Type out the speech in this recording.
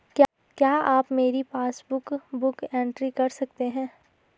क्या आप मेरी पासबुक बुक एंट्री कर सकते हैं?